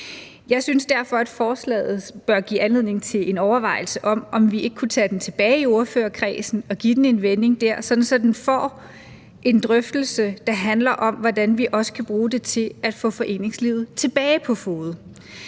Jeg synes derfor, at forslaget bør give anledning til en overvejelse om, om vi ikke kunne tage det tilbage i ordførerkredsen og give det en vending der, så vi får en drøftelse, der handler om, hvordan vi kan bruge det til at få foreningslivet tilbage på fode.